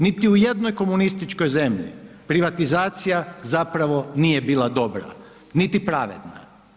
Niti u jednoj komunističkoj zemlji privatizacija zapravo nije bila dobra niti pravedna.